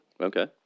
Okay